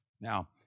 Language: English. Now